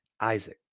Isaac